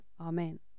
Amen